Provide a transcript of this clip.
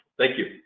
thank you.